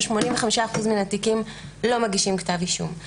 ב-85% מן התיקים לא מגישים כתב אישום.